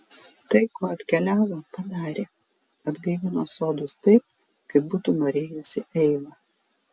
tai ko atkeliavo padarė atgaivino sodus taip kaip būtų norėjusi eiva